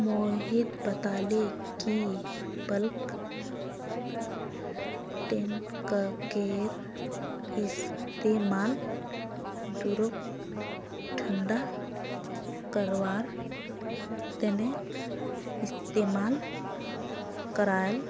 मोहित बताले कि बल्क टैंककेर इस्तेमाल दूधक ठंडा करवार तने इस्तेमाल कराल